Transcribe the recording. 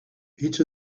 each